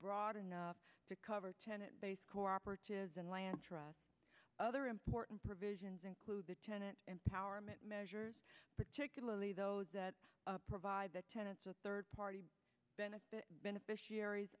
broad enough to cover tenet based cooperatives and land trust other important provisions include the tenant empowerment measures particularly those that provide the tenets of third party benefit beneficiaries